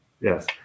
Yes